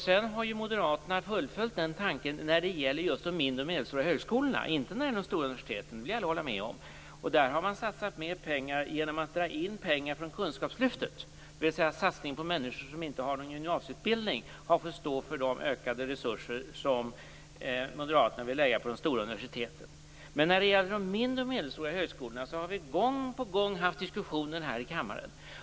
Sedan har moderaterna fullföljt den tanken när det gäller just de mindre och medelstora högskolorna - däremot inte när det gäller de stora universiteten, det vill jag gärna hålla med om. Vad gäller de stora universiteten har man satsat mer pengar genom att dra in pengar från kunskapslyftet, dvs. en satsning på människor som inte har någon gymnasieutbildning har fått stå tillbaka för att moderaterna vill lägga ökade resurser på de stora universiteten. Vad gäller de mindre och medelstora högskolorna har vi gång på gång haft diskussioner här i kammaren.